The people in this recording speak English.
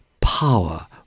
power